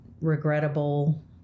regrettable